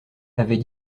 avait